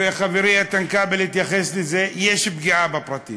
וחברי איתן כבל התייחס לזה, יש פגיעה בפרטיות.